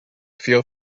feel